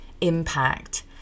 impact